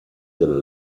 della